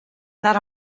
naar